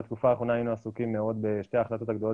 בתקופה האחרונה היינו עסוקים מאוד בשתי ההחלטות הגדולות